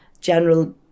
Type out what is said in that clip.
general